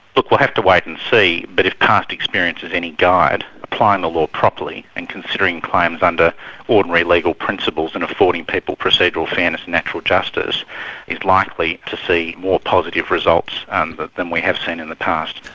look, we'll have to wait and see, but if past experience is any guide, applying the law properly and considering claims under ordinary legal principles in affording people procedural fairness and natural justice is likely to see more positive results and but than we have seen in the past.